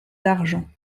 d’argent